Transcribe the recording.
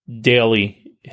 daily